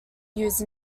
used